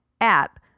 app